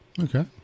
Okay